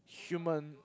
human